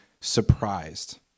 surprised